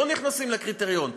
לא נכנסים לקריטריון.